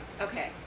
Okay